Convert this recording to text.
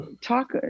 Talk